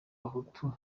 abahutu